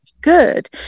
good